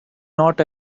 not